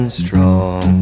strong